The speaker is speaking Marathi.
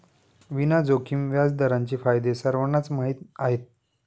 विना जोखीम व्याजदरांचे फायदे सर्वांनाच माहीत आहेत